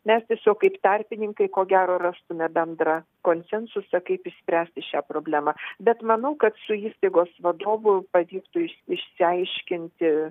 mes tiesiog kaip tarpininkai ko gero rastume bendrą konsensusą kaip išspręsti šią problemą bet manau kad su įstaigos vadovu pavyktų iš išsiaiškinti